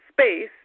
space